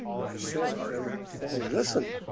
my sin is ever before me. listen,